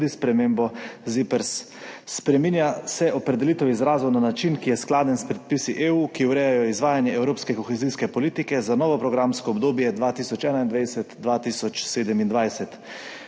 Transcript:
spremembo ZIPRS. Spreminja se opredelitev izrazov na način, ki je skladen s predpisi EU, ki urejajo izvajanje evropske kohezijske politike za novo programsko obdobje 2021–2027.